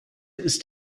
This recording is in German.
ist